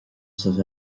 bheith